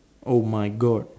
oh my god